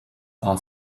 are